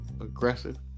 aggressive